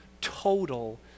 total